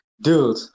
dude